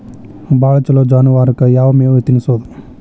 ಭಾಳ ಛಲೋ ಜಾನುವಾರಕ್ ಯಾವ್ ಮೇವ್ ತಿನ್ನಸೋದು?